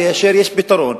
כאשר יש פתרון,